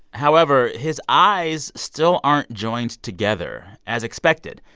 however, his eyes still aren't joined together as expected.